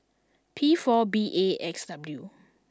P four B A X W